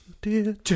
dear